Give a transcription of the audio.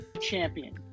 Champion